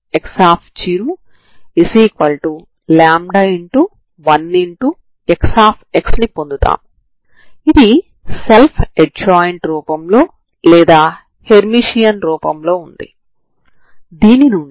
ఇప్పుడు ఈ సమీకరణాన్ని అవకలనం చేయడానికి ప్రయత్నించండి